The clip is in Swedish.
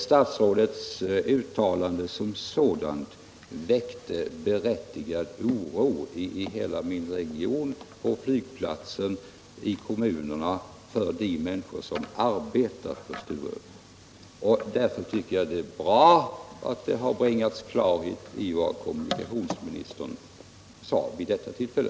Statsrådets uttalande väckte berättigad oro i hela min region, särskilt hos de människor som arbetar på Sturup. Därför tycker jag att det är bra att det har bringats klarhet i vad kommunikationsministern sade vid detta tillfälle.